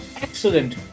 Excellent